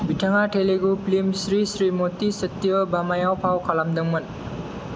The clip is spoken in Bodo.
बिथाङा तेलुगु फिल्म श्री श्रीमती सत्यभामाआव फाव खालामदोंमोन